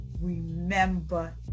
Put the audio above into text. remember